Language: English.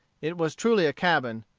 it was truly a cabin,